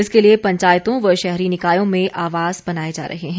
इसके लिए पंचायतों व शहरी निकायों में आवास बनाए जा रहे हैं